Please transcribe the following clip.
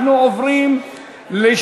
בתי-חולים ממשלתיים,